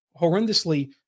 horrendously